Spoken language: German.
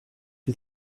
die